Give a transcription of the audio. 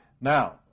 Now